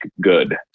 good